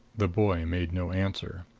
the boy made no answer.